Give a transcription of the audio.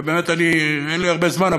ובאמת אין לי הרבה זמן,